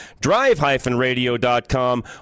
drive-radio.com